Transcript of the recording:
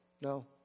No